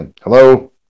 Hello